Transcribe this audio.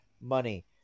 money